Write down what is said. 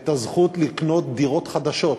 את הזכות לקנות דירות חדשות,